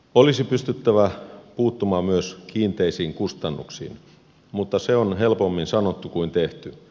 olisi pystyttävä puuttumaan myös kiinteisiin kustannuksiin mutta se on helpommin sanottu kuin tehty